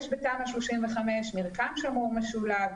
יש בתמ"א 35 מרקם שמור משולב,